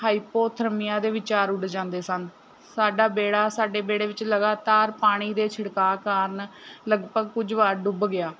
hypothermia ਦੇ ਵਿਚਾਰ ਉੱਡ ਜਾਂਦੇ ਸਨ ਸਾਡਾ ਬੇੜਾ ਸਾਡੇ ਬੇੜੇ ਵਿੱਚ ਲਗਾਤਾਰ ਪਾਣੀ ਦੇ ਛਿੜਕਾਅ ਕਾਰਨ ਲਗਭਗ ਕੁਝ ਬਾੜ ਡੁੱਬ ਗਿਆ